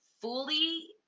fully